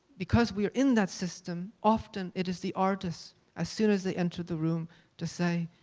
because we are in that system, often it is the artists as soon as they enter the room to say,